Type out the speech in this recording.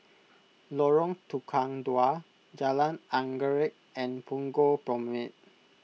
Lorong Tukang Dua Jalan Anggerek and Punggol Promenade